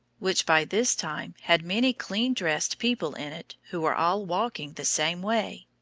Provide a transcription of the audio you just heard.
which by this time had many clean-dressed people in it who were all walking the same way.